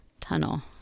tunnel